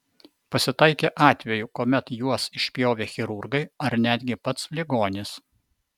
pasitaikė atvejų kuomet juos išpjovė chirurgai ar netgi pats ligonis